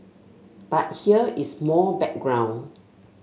but here is more background